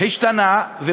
השתנה עכשיו,